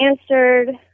answered